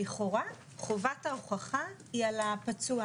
לכאורה חובת ההוכחה היא על הפצוע.